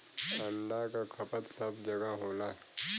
अंडा क खपत सब जगह होला